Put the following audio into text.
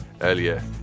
earlier